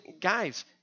guys